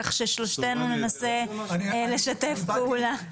כך ששלושתנו ננסה לשתף פעולה.